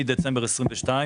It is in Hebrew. הוא שמדצמבר 2022,